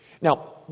Now